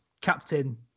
captain